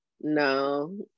no